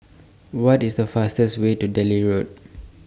What IS The fastest Way to Delhi Road